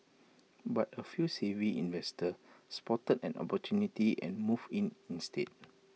but A few savvy investors spotted an opportunity and moved in instead